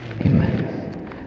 amen